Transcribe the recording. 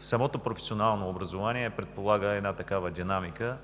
Самото професионално образование предполага такава динамика.